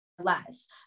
Less